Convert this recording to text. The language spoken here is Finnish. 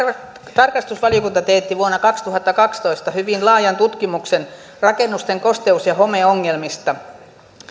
tarkastusvaliokunta teetti vuonna kaksituhattakaksitoista hyvin laajan tutkimuksen rakennusten kosteus ja homeongelmista